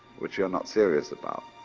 which you're not serious about.